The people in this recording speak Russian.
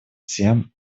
тем